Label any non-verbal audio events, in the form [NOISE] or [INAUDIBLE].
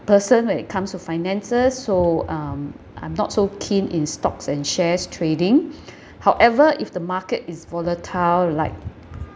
person when it comes to finances so um I'm not so keen in stocks and shares trading [BREATH] however if the market is volatile like